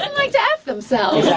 and like to f themselves. yeah